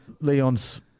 Leon's